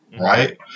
right